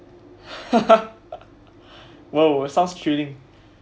!wow! sounds thrilling